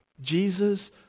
Jesus